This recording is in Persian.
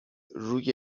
روی